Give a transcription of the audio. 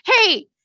Hey